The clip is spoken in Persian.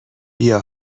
بیا